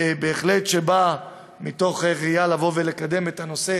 שבהחלט בא מתוך ראייה לבוא ולקדם את הנושא